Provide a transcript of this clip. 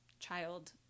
child